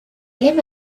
lema